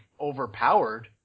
overpowered